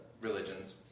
religions